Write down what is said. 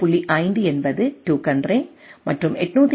5 என்பது token ring மற்றும் 802